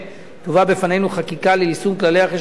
תובא בפנינו חקיקה ליישום כללי החשבונאות